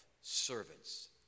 servants